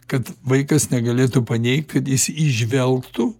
kad vaikas negalėtų paneigt kad jis įžvelgtų